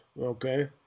okay